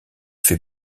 fait